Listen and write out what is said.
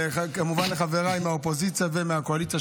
וכמובן לחבריי מהאופוזיציה ומהקואליציה,